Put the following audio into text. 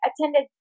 attended